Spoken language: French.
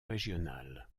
régional